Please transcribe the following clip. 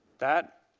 that